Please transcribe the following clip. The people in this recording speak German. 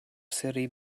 seri